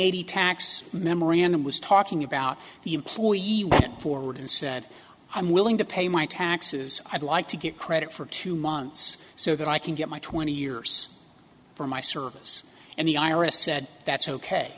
eighty tax memorandum was talking about the employees forward and said i'm willing to pay my taxes i'd like to get credit for two months so that i can get my twenty years for my service and the ira said that's ok